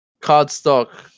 cardstock